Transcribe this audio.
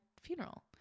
funeral